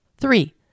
Three